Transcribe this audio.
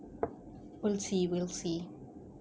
we'll see we'll see